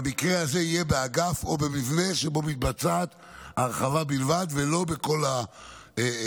במקרה הזה זה יהיה באגף או במבנה שבו מתבצעת ההרחבה בלבד ולא בכל המגרש,